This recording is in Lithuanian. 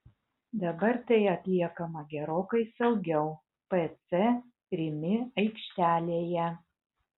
dabar tai atliekama gerokai saugiau pc rimi aikštelėje